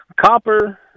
Copper